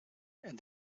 and